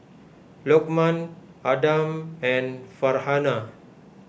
Lokman Adam and Farhanah